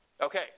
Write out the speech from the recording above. Okay